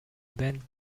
bend